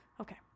okay